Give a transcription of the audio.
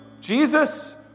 Jesus